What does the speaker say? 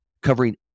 covering